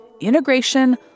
Integration